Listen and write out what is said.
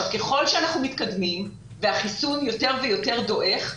ככל שאנחנו מתקדמים והחיסון יותר ויותר דועך,